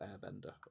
airbender